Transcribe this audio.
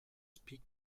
speak